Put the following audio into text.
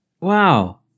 Wow